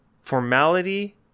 formality